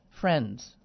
friends